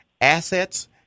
assets